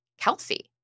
Kelsey